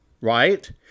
right